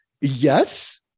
Yes